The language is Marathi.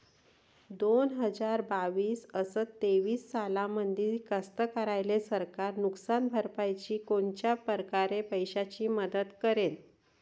दोन हजार बावीस अस तेवीस सालामंदी कास्तकाराइले सरकार नुकसान भरपाईची कोनच्या परकारे पैशाची मदत करेन?